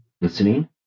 listening